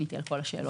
עניתי על כל השאלות,